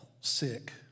sick